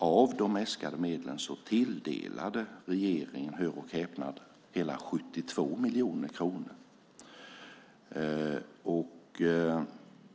Av de äskade medlen tilldelade regeringen, hör och häpna, hela 72 miljoner kronor.